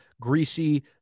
greasy